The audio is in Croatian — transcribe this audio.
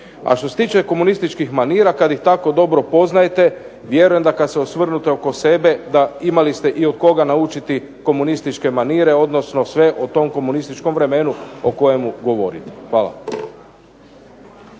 A što se tiče komunističkih manira kada ih tako dobro poznajete, vjerujem da kada se osvrnute oko sebe da ste imali od koga naučiti komunističke manire, odnosno sve o tom komunističkom vremenu o kojemu govorite. Hvala.